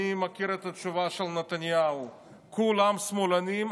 אני מכיר את התשובה של נתניהו: כולם שמאלנים,